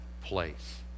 place